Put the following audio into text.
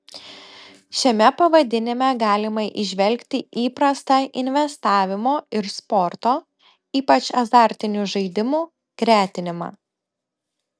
šiame pavadinime galima įžvelgti įprastą investavimo ir sporto ypač azartinių žaidimų gretinimą